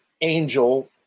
angel